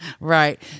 right